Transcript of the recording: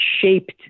shaped